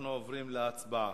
אנחנו עוברים להצבעה.